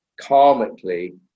karmically